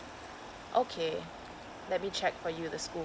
okay let me check for you the school